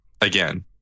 again